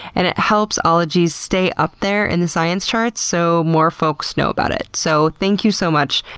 and it helps ologies stay up there in the science charts so more folks know about it. so thank you so much.